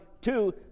two